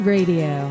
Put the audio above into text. Radio